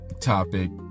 topic